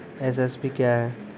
MSP क्या है?